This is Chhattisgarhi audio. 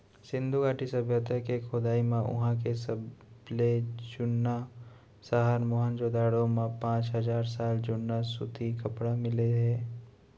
सिंधु घाटी सभ्यता के खोदई म उहां के सबले जुन्ना सहर मोहनजोदड़ो म पांच हजार साल जुन्ना सूती कपरा मिले हे